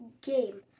game